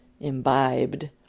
imbibed